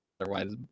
otherwise